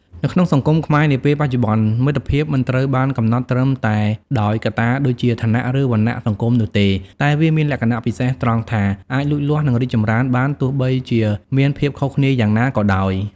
នៅក្នុងសង្គមខ្មែរនាពេលបច្ចុប្បន្ន មិត្តភាពមិនត្រូវបានកំណត់ត្រឹមតែដោយកត្តាដូចជាឋានៈ ឬវណ្ណៈសង្គមនោះទេ តែវាមានលក្ខណៈពិសេសត្រង់ថាអាចលូតលាស់និងរីកចម្រើនបានទោះបីជាមានភាពខុសគ្នាយ៉ាងណាក៏ដោយ។